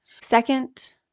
Second